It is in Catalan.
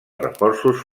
reforços